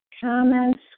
Comments